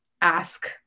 ask